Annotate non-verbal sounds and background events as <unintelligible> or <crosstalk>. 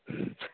<unintelligible>